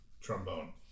trombone